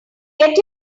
get